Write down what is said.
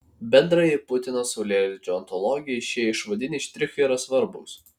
bendrajai putino saulėlydžio ontologijai šie išvadiniai štrichai yra svarbūs